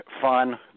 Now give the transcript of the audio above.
fun